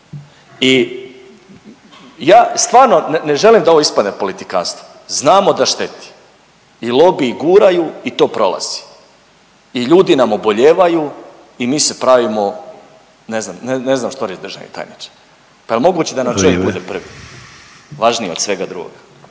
I ja stvarno ne želim da ovo ispadne politikantstvo, znamo da šteti i lobiji guraju i to prolazi i ljudi nam obolijevaju i mi se pravimo ne znam što reć državni tajniče. Pa jel moguće da …/Upadica Sanader: Vrijeme./…nam čovjek bude prvi važniji od svega drugoga.